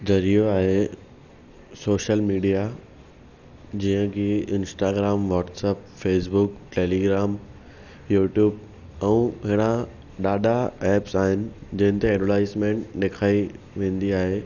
ज़रियो आहे social media जीअं की Instagram WhatsApp Facebook Telegram YouTube ऐं पहिरां ॾाढा एप्स आहिनि जंहिंते एडवर्टाइज़मेंट ॾेखारी वेंदी आहे